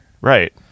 right